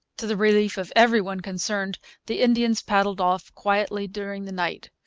to the relief of every one concerned the indians paddled off quietly during the night,